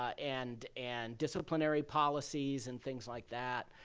and and disciplinary policies and things like that.